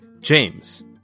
James